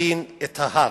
הדין את ההר.